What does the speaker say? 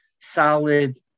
solid